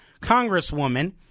congresswoman